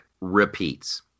repeats